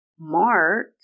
Mark